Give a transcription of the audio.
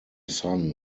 son